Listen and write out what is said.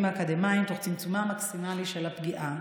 האקדמיים תוך צמצומה המקסימלי של הפגיעה.